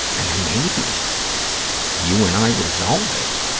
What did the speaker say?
and then maybe you and i resolve it